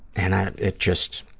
and it just,